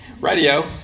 radio